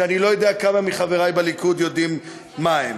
שאני לא יודע כמה מחברי בליכוד יודעים מה הם.